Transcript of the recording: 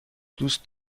دوست